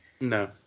No